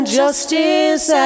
justice